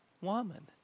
woman